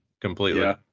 completely